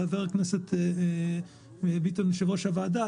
חבר הכנסת ביטון יושב-ראש הוועדה,